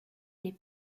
les